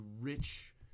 rich